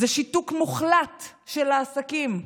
זה שיתוק מוחלט של העסקים.